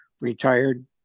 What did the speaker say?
retired